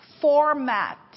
format